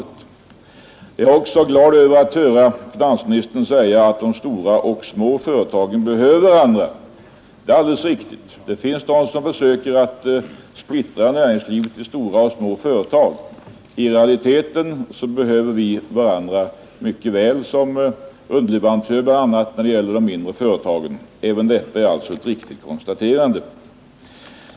Jag är också glad över att höra finansministern säga att de små och stora företagen behöver varandra. Det är alldeles riktigt. Det finns de som försöker splittra näringslivet i stora och små företag. I realiteten behöver vi varandra mycket väl; bl.a. behövs de mindre företagen som underleverantörer. Även detta är alltså ett riktigt konstaterande.